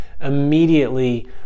immediately